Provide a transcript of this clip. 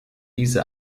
diese